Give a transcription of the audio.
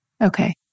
Okay